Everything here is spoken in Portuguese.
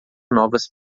novas